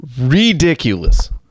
ridiculous